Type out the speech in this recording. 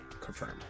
confirmed